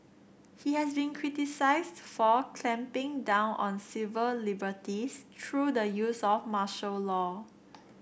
he has been criticised for clamping down on civil liberties through the use of martial law